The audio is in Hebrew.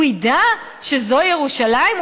הוא ידע שזו ירושלים?